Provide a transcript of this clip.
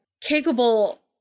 Capable